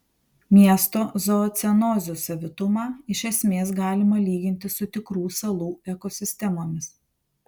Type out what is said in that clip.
miesto zoocenozių savitumą iš esmės galima lyginti su tikrų salų ekosistemomis